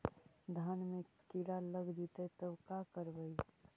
धान मे किड़ा लग जितै तब का करबइ?